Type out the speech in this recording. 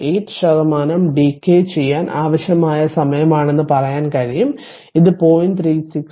8 ശതമാനം ഡെക്കായ് ചെയ്യാൻ ആവശ്യമായ സമയമാണെന്ന് പറയാൻ കഴിയും ഇത് 0